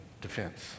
defense